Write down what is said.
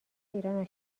ایران